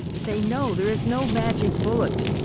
to say no, there is no magic bullet.